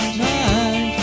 mind